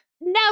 No